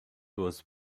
was